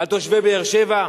על תושבי באר-שבע,